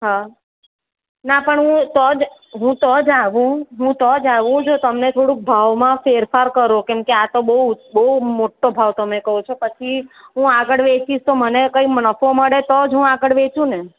હા ના પણ હું તો જ હું તો જ આવું હું તો જ આવું જો તમને થોડુંક ભાવમાં ફેરફાર કરો કેમકે આ તો બહુ બહુ મોટો ભાવ તમે કહો છો પછી હું આગળ વેચીશ તો મને કંઈ મ નફો મળે તો જ આગળ હું વેચું ને